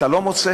אתה לא מוצא?